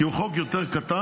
כי הוא חוק יותר קטן,